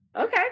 Okay